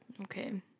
Okay